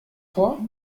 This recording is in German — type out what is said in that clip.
vor